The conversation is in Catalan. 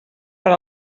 per